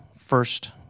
first